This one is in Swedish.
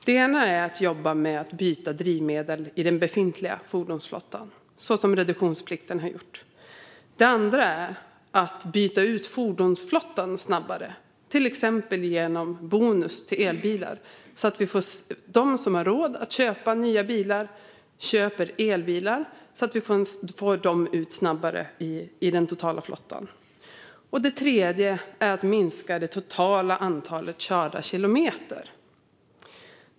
Det första är att jobba med att byta drivmedel i den befintliga fordonsflottan, vilket reduktionsplikten har gjort. Det andra är att byta ut fordonsflottan snabbare, till exempel genom bonus till elbilar, så att de som har råd att köpa nya bilar köper elbilar. Då får vi ut dem snabbare i den totala flottan. Det tredje är att minska det totala antalet körda kilometer.